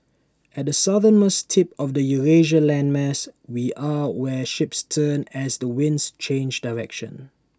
at the southernmost tip of the Eurasia landmass we are where ships turn as the winds change direction